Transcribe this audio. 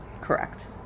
correct